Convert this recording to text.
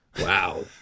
Wow